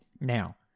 Now